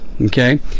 okay